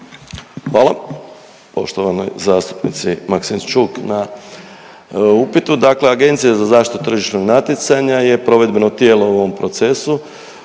Hvala poštovanoj zastupnici Maksimčuk na upitu. Dakle Agencija za zaštitu tržišnog natjecanja je provedbeno tijelo u ovom procesu.